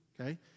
Okay